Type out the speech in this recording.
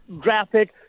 graphic